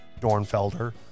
Dornfelder